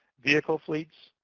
vehicle fleets,